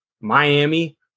Miami